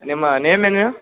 ನಿಮ್ಮಾ name ಏನು